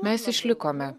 mes išlikome